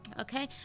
okay